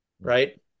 right